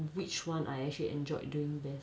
which one I actually enjoyed doing best